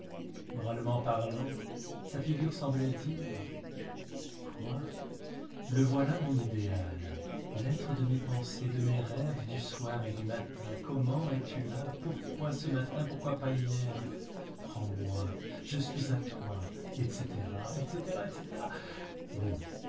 moralement parlant sa figure semblait dire quoi te voilà mon idéal l'être de mes pensées de mes rêves du soir et du matin comment es-tu là pourquoi ce matin pourquoi pas hier prends-moi je suis à toi et cætera bon